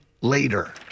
later